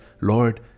Lord